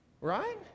Right